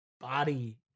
body